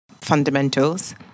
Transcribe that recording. fundamentals